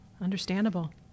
understandable